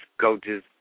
coaches